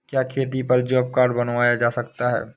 क्या खेती पर जॉब कार्ड बनवाया जा सकता है?